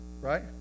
right